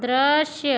दृश्य